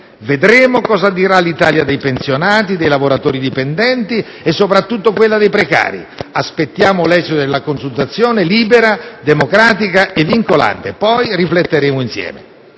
Vedremo cosa dirà l'Italia dei pensionati, dei lavoratori dipendenti e soprattutto quella dei precari; aspettiamo l'esito della consultazione libera, democratica e vincolante, poi rifletteremo insieme.